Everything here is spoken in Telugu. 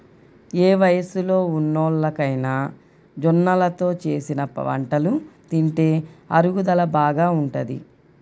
ఏ వయస్సులో ఉన్నోల్లకైనా జొన్నలతో చేసిన వంటలు తింటే అరుగుదల బాగా ఉంటది